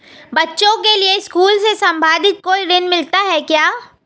बच्चों के लिए स्कूल से संबंधित कोई ऋण मिलता है क्या?